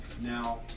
Now